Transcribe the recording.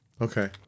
Okay